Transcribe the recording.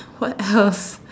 what else